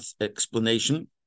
explanation